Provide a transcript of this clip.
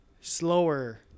slower